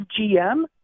GM